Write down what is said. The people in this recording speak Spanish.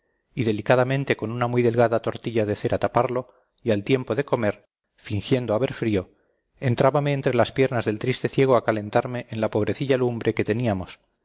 y delicadamente con una muy delgada tortilla de cera taparlo y al tiempo de comer fingiendo haber frío entrábame entre las piernas del triste ciego a calentarme en la pobrecilla lumbre que teníamos